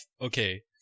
okay